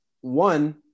One